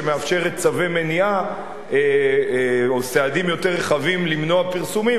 שמאפשרת צווי מניעה או סעדים יותר רחבים למנוע פרסומים,